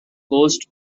coast